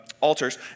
altars